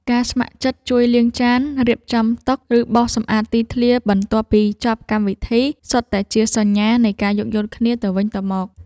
ការស្ម័គ្រចិត្តជួយលាងចាន រៀបចំតុ ឬបោសសម្អាតទីធ្លាបន្ទាប់ពីចប់កម្មវិធី សុទ្ធតែជាសញ្ញានៃការយោគយល់គ្នាទៅវិញទៅមក។